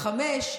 לחמש.